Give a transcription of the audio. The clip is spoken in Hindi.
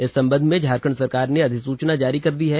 इस संबंध में झारखंड सरकार ने अधिसुचना जारी कर दी है